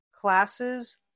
classes